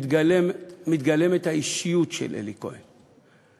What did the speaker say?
מתגלמת האישיות של אלי כהן.